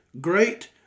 great